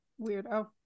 Weirdo